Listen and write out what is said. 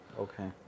Okay